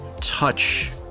touch